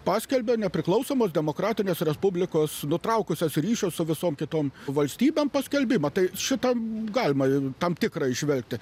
paskelbia nepriklausomos demokratinės respublikos nutraukusios ryšius su visom kitom valstybėm paskelbimą tai šitam galima ir tam tikrą išvengti